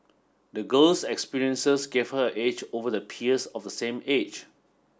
the girl's experiences gave her edge over the peers of the same age